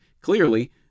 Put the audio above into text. clearly